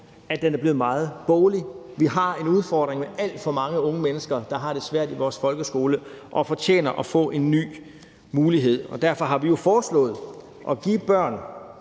at den er blevet meget boglig. Vi har en udfordring med alt for mange unge mennesker, der har det svært i vores folkeskole og fortjener at få en ny mulighed, og derfor har vi jo foreslået at give børn